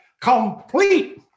Complete